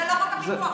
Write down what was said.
זה לא חוק הפיקוח.